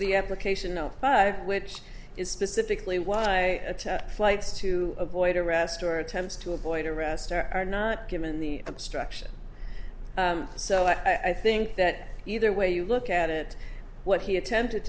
the application no but which is specifically why flights to avoid arrest or attempts to avoid arrest are not given the obstruction so i think that either way you look at it what he attempted